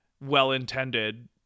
well-intended